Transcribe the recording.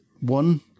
one